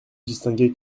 distinguer